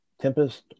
Tempest